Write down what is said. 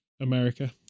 america